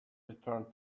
return